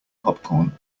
popcorn